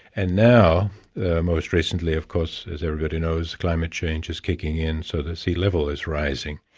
and now most recently of course, as everybody knows, climate change is kicking in, so the sea level is rising.